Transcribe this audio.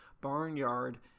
barnyard